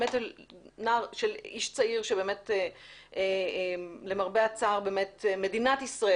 איש צעיר שלמרבה הצער מדינת ישראל